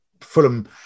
fulham